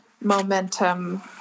momentum